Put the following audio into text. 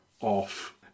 off